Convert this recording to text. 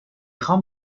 خوام